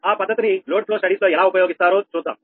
ఆ పద్ధతిని load flows studies లో ఎలా ఉపయోగిస్తారో చూద్దాం